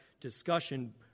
discussion